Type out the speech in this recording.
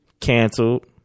canceled